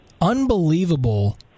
unbelievable